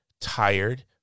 tired